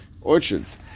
orchards